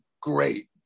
great